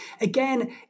again